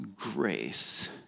grace